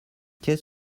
qu’est